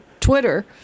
Twitter